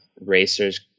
racers